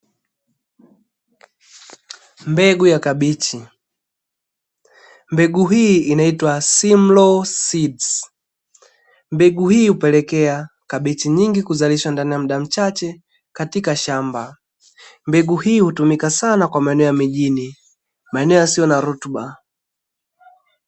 Mbegu ya kabichi, mbegu hii inaitwa "simlaw seeds". Mbegu hii hupelekea kabichi nyingi kuzalishwa ndani ya muda mchache katika shamba. Mbegu hii hutumika sana kwa maeneo ya mijini maeneo yasiyo na rutuba.